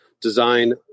design